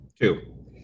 Two